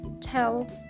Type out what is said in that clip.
tell